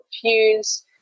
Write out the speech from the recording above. fuse